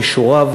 כישוריו,